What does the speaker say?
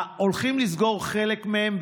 הולכים לסגור חלק מהם,